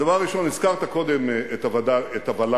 הדבר הראשון, הזכרת קודם את הוול"לים.